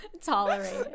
Tolerate